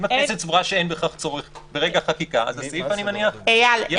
אם הכנסת סבורה שאין בכך צורך ברגע החקיקה --- (היו"ר גדעון סער,